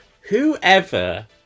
whoever